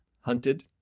Hunted